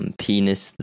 penis